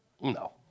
No